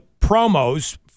promos